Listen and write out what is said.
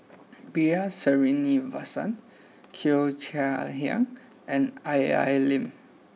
B R Sreenivasan Cheo Chai Hiang and Al Lim